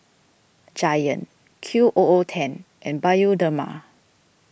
Giant Q O O ten and Bioderma